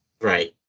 right